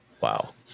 Wow